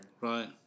Right